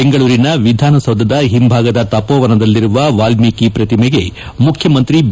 ಬೆಂಗಳೂರಿನ ವಿಧಾನ ಸೌಧದ ಹಿಂಬಾಗದ ತಪೋವನದಲ್ಲಿರುವ ವಾಲ್ಮೀಕಿ ಪ್ರತಿಮೆಗೆ ಮುಖ್ಯಮಂತ್ರಿ ಬಿ